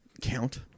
count